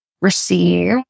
receive